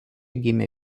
gimė